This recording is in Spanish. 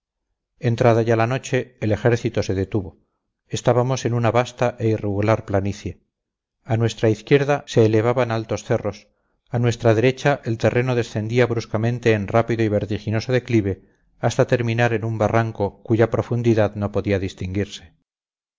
entrada ya la noche el ejército se detuvo estábamos en una vasta e irregular planicie a nuestra izquierda se elevaban altos cerros a nuestra derecha el terreno descendía bruscamente en rápido y vertiginoso declive hasta terminar en un barranco cuya profundidad no podía distinguirse